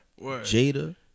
Jada